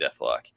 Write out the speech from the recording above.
Deathlock